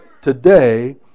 today